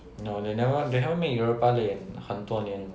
no they never they haven't made europa league in 很多年